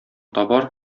табар